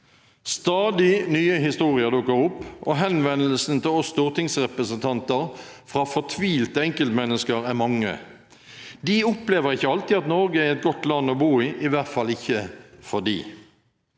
Stadig nye historier dukker opp, og henvendelsene til oss stortingsrepresentanter fra fortvilte enkeltmennesker er mange. De opplever ikke alltid at Norge er et godt land å bo i, i hvert fall ikke for dem.